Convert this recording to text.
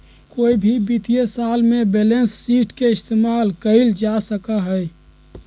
कोई भी वित्तीय साल में बैलेंस शीट के इस्तेमाल कइल जा सका हई